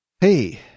Hey